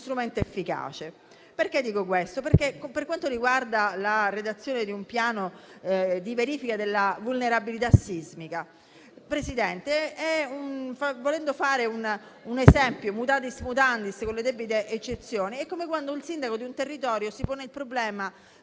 strumento efficace. Dico questo perché per quanto riguarda la redazione di un piano di verifica della vulnerabilità sismica, volendo fare un esempio (*mutatis mutandis*, con le debite eccezioni), è come quando il sindaco di un territorio si pone il problema